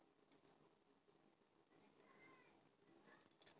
मनरी मारकेटिग से क्या फायदा हो सकेली?